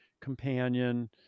companion